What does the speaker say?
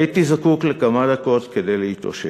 הייתי זקוק לכמה דקות כדי להתאושש.